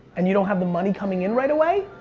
and you don't have the money coming in right away,